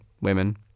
women